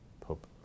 Pope